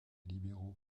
libéraux